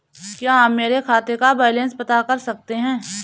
क्या आप मेरे खाते का बैलेंस बता सकते हैं?